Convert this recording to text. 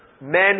men